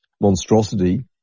monstrosity